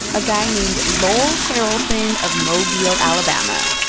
a guy named lowell harrelson of mobile, ala. but um ah